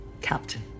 Captain